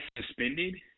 suspended